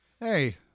Hey